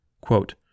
Quote